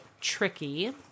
tricky